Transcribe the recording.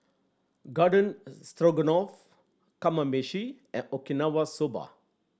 Garden Stroganoff Kamameshi and Okinawa Soba